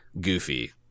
goofy